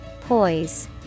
Poise